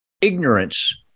ignorance